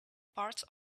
parts